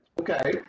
Okay